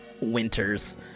Winter's